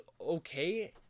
okay